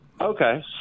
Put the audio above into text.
Okay